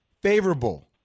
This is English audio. favorable